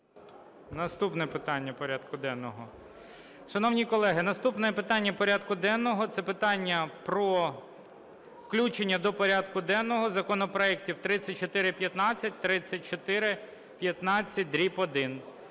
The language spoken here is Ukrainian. Наступне питання порядку денного. Шановні колеги, наступне питання порядку денного - це питання про включення до порядку денного законопроектів 3415, 3415-1.